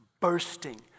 bursting